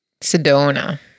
Sedona